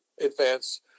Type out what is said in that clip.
advance